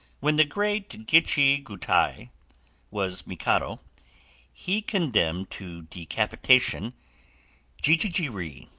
when the great gichi-kuktai was mikado he condemned to decapitation jijiji ri,